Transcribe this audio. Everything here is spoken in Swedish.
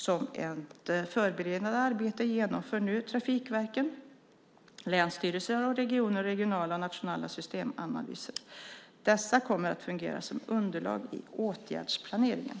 Som ett förberedande arbete genomför nu trafikverken, länsstyrelser och regioner regionala och nationella systemanalyser. Dessa kommer att fungera som underlag i åtgärdsplaneringen.